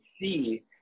see